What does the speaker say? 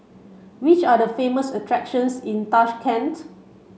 which are the famous attractions in Tashkent